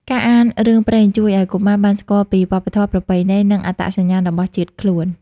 ការអានរឿងព្រេងជួយឲ្យកុមារបានស្គាល់ពី វប្បធម៌ ប្រពៃណី និងអត្តសញ្ញាណ របស់ជាតិខ្លួន។